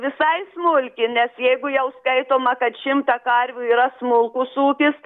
visai smulki nes jeigu jau skaitoma kad šimtą karvių yra smulkus ūkis